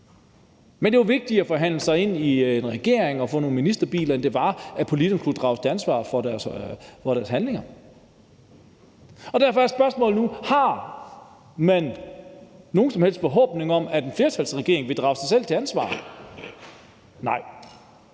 Men det var vigtigere at forhandle sig ind i en regering og få nogle ministerbiler, end det var, at politikerne kunne drages til ansvar for deres handlinger. Derfor er spørgsmålet nu, om man har nogen som helst forhåbning om, at en flertalsregering vil drage sig selv til ansvar. Nej,